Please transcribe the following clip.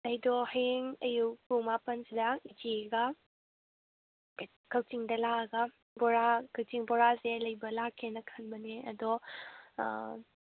ꯑꯩꯗꯣ ꯍꯌꯦꯡ ꯑꯌꯨꯛ ꯄꯨꯡ ꯃꯥꯄꯜꯁꯤꯗ ꯏꯆꯦꯒ ꯑꯩꯒ ꯀꯛꯆꯤꯡꯗ ꯂꯥꯛꯑꯒ ꯕꯣꯔꯥ ꯀꯛꯆꯤꯡ ꯕꯣꯔꯥꯁꯦ ꯂꯩꯕ ꯂꯥꯛꯀꯦꯅ ꯈꯟꯕꯅꯦ ꯑꯗꯣ